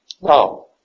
Now